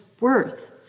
worth